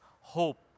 hope